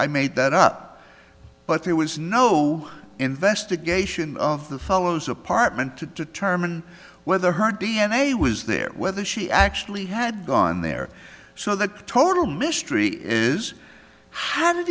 i made that up but there was no investigation of the fellow's apartment to determine whether her d n a was there whether she actually had gone there so the total mystery is how did